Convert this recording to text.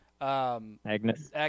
Agnes